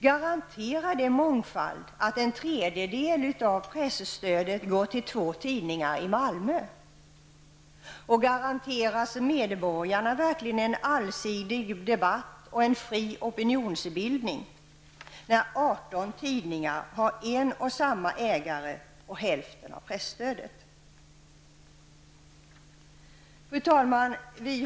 Garanteras en mångfald när en tredjedel av presstödet går till två tidningar i Malmö? Och garanteras medborgarna verkligen en allsidig debatt och en fri opinionsbildning när 18 tidningar har en och samma ägare och får hälften av presstödet? Fru talman!